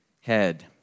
head